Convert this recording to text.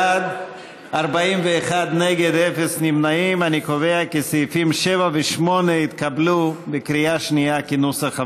לכן, נצביע על סעיפים 7 ו-8 כנוסח הוועדה,